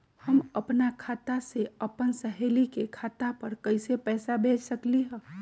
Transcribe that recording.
हम अपना खाता से अपन सहेली के खाता पर कइसे पैसा भेज सकली ह?